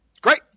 Great